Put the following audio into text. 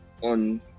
on